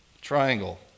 Triangle